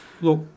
Look